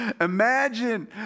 Imagine